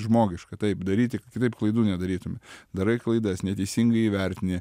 žmogiška taip daryti kitaip klaidų nedarytume darai klaidas neteisingai įvertini